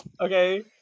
Okay